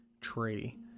tree